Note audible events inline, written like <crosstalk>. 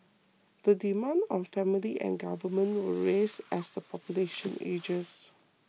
the demands on families and government <noise> will rise as the population ages